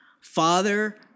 Father